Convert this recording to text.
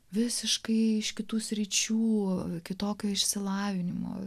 visiškai iš kitų sričių kitokio išsilavinimo